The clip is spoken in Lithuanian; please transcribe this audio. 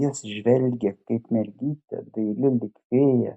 jis žvelgė kaip mergytė daili lyg fėja